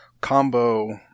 Combo